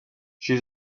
she